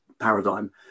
paradigm